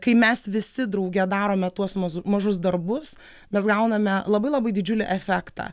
kai mes visi drauge darome tuos mažus darbus mes gauname labai labai didžiulį efektą